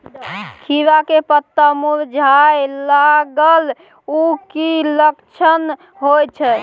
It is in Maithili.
खीरा के पत्ता मुरझाय लागल उ कि लक्षण होय छै?